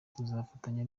tuzafatanya